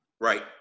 right